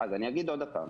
אגיד עוד הפעם.